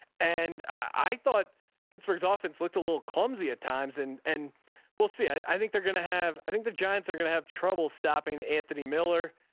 and i thought pittsburgh's ah offense looked a little clumsy at times and and we'll see, i think they're going to have, i think the giants are going to have trouble stopping anthony miller.